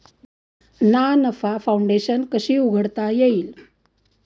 ना नफा फाउंडेशन कशी उघडता येईल?